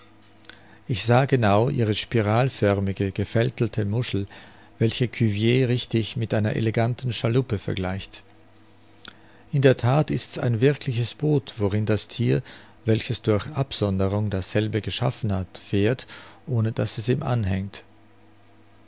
ich sah genau ihre spiralförmige gefältelte muschel welche cuvier richtig mit einer eleganten schaluppe vergleicht in der that ist's ein wirkliches boot worin das thier welches durch absonderung dasselbe geschaffen hat fährt ohne daß es ihm anhängt